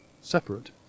separate